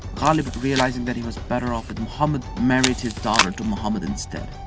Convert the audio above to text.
ghalib, realizing that he was better off with muhammad, married his daughter to muhammad instead.